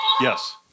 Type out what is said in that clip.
Yes